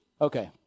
Okay